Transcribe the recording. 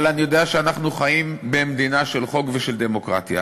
אבל אני יודע שאנחנו חיים במדינה של חוק ושל דמוקרטיה.